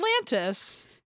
Atlantis